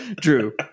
Drew